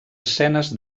escenes